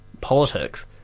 politics